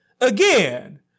again